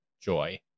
joy